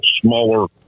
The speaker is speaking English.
smaller